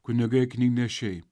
kunigai knygnešiai